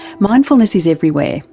mindfulness is everywhere,